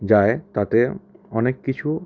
যায় তাতে অনেক কিছু